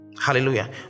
hallelujah